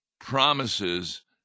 promises